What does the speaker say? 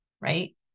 right